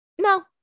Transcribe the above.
no